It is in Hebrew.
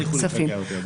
נכון.